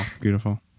beautiful